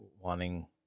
wanting